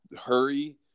hurry